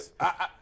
yes